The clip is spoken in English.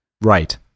Right